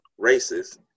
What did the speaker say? racist